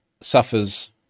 suffers